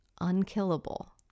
unkillable